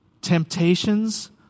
temptations